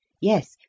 Yes